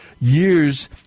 years